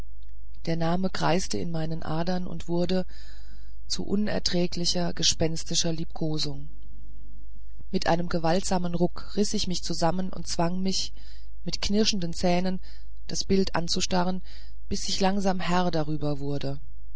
der name kreiste in meinen adern und wurde zu unerträglicher gespenstischer liebkosung mit einem gewaltsamen ruck riß ich mich zusammen und zwang mich mit knirschenden zähnen das bild anzustarren bis ich langsam herr darüber wurde